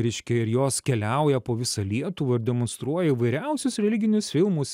reiškia ir jos keliauja po visą lietuvą ir demonstruoja įvairiausius religinius filmus